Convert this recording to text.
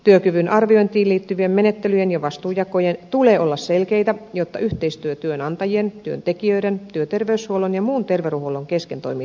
työkyvyn arviointiin liittyvien menettelyjen ja vastuujakojen tulee olla selkeitä jotta yhteistyö työnantajien työntekijöiden työterveyshuollon ja muun terveydenhuollon kesken toimii tehokkaasti